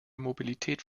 mobilität